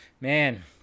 man